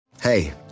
Hey